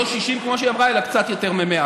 לא 60, כמו שהיא אמרה, אלא קצת יותר מ-100.